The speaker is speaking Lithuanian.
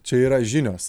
čia yra žinios